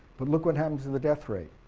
but look what happens in the death rate,